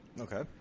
okay